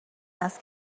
است